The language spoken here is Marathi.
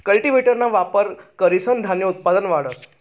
कल्टीव्हेटरना वापर करीसन धान्य उत्पादन वाढस